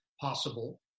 possible